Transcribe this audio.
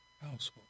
household